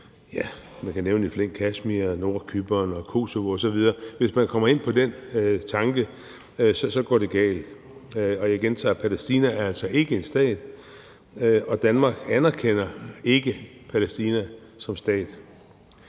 Man kan i flæng nævne Kashmir, Nordcypern, Kosovo osv. Hvis man går ind på den tankegang, går det galt. Og jeg gentager, at Palæstina altså ikke er en stat, og at Danmark ikke anerkender Palæstina som en stat.